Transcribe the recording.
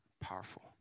powerful